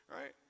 right